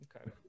Okay